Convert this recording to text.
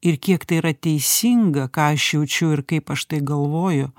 ir kiek tai yra teisinga ką aš jaučiu ir kaip aš tai galvoju